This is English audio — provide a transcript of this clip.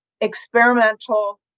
experimental